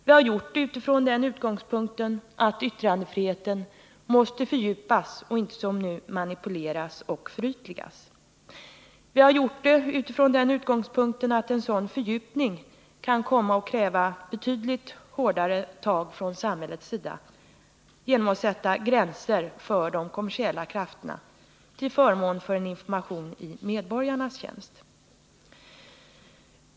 Vi har gjort det utifrån den utgångspunkten att yttrandefriheten måste fördjupas och inte som nu manipuleras och förytligas. Vi har gjort det utifrån den utgångspunkten att en sådan fördjupning kan komma att kräva betydligt hårdare tag från samhällets sida genom att gränser dras för de kommersiella krafterna till förmån för en information i medborgarnas tjänst.